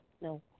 no